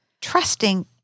Trusting